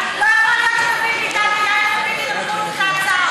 לא יכול להיות שדוד ביטן ויאיר לפיד ינמקו את אותה הצעה.